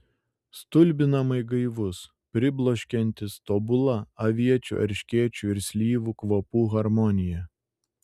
stulbinamai gaivus pribloškiantis tobula aviečių erškėčių ir slyvų kvapų harmonija